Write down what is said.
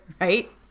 right